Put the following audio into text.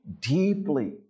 deeply